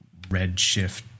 redshift